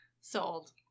Sold